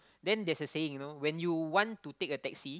then there's a saying you know when you want to take a taxi